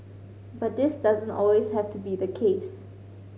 but this doesn't always have to be the case